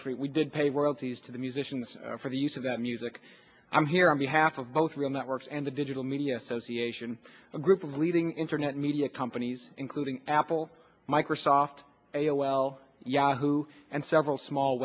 actually we did pay royalties to the musicians for the use of that music i'm here on behalf of both real networks and the digital media association a group of leading internet media companies including apple microsoft a o l yahoo and several small